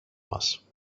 μας